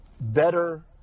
better